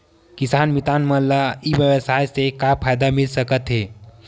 किसान मितान मन ला ई व्यवसाय से का फ़ायदा मिल सकथे?